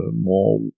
more